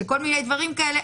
שכל מיני דברים כאלה,